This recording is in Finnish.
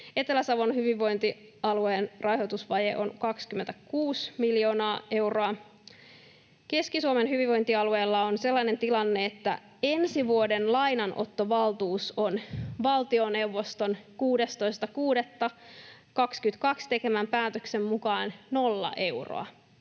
Etelä-Savon hyvinvointialueen rahoitusvaje on 26 miljoonaa euroa. Keski-Suomen hyvinvointialueella on sellainen tilanne, että ensi vuoden lainanottovaltuus on valtioneuvoston 16.6.22 tekemän päätöksen mukaan nolla euroa.